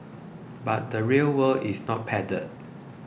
but the real world is not padded